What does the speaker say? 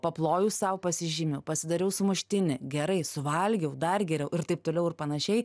paploju sau pasižymiu pasidariau sumuštinį gerai suvalgiau dar geriau ir taip toliau ir panašiai